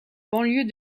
banlieue